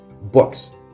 books